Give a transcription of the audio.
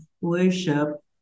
worship